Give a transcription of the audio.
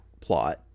plot